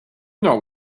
not